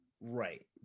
Right